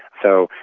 so,